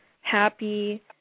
happy